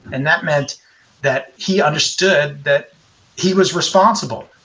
and that meant that he understood that he was responsible.